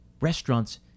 Restaurants